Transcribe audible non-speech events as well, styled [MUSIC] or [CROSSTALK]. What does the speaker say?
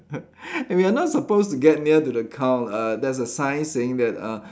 [LAUGHS] we are not supposed to get near to the cow uh there's a sign saying that uh